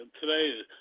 today